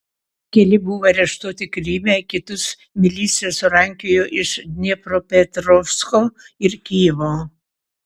keli buvo areštuoti kryme kitus milicija surankiojo iš dniepropetrovsko ir kijevo